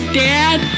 dad